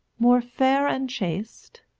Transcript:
more fair and chaste'